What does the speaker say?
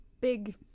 big